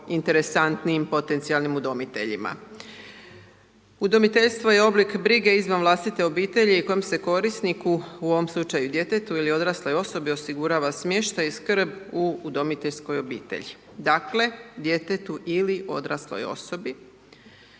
interesantnijim potencijalnim udomiteljima. Udomiteljstvo je oblik brige izvan vlastite obitelji kojim se korisniku, u ovom slučaju djetetu ili odrasloj osobi, osigurava smještaj i skrb u udomiteljskoj obitelji. Dakle, djetetu ili odrasloj osobi